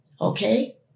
Okay